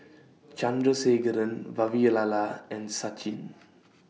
Chandrasekaran Vavilala and Sachin